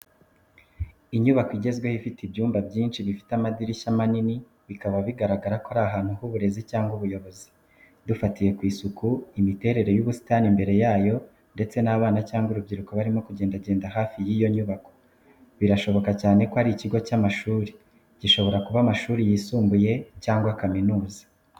Inyubako igezweho ifite ibyumba byinshi bifite amadirishya manini bikaba bigaragaza ko ari ahantu h'uburezi cyangwa ubuyobozi. Dufatiye ku isuku imiterere y’ubusitani imbere yayo ndetse n’abana cyangwa urubyiruko barimo kugendagenda hafi y’iyo nyubako, birashoboka cyane ko ari ikigo cy'amashuri gishobora kuba amashuri yimbuye cyangwa kaminuza.